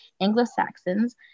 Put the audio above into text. Anglo-Saxons